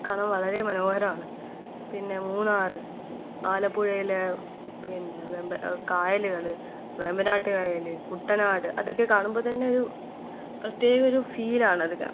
കാണാൻ വളരെ മനോഹരമാണ് പിന്നെ മൂന്നാറ് ആലപ്പുഴയിലെ പിന്നെ കായലുകൾ വേമ്പനാട്ടു കായൽ കുട്ടനാട് അതൊക്കെ കാണുമ്പോൾ തന്നെ ഒരു പ്രത്യേക ഒരു ഫീലാണ് അതൊക്കെ